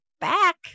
back